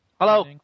Hello